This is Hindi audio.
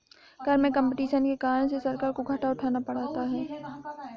कर में कम्पटीशन के कारण से सरकार को घाटा उठाना पड़ता है